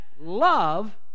Love